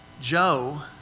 Joe